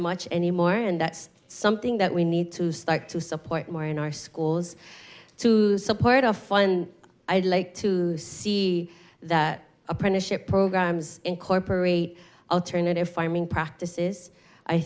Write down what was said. much anymore and that's something that we need to start to support more in our schools to support our fund i'd like to see that apprenticeship programs incorporate alternative farming practices i